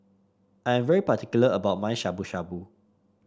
I am very particular about my Shabu Shabu